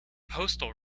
postal